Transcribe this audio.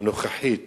הנוכחית